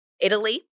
Italy